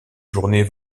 journées